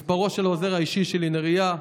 מספרו של העוזר האישי שלי, נריה,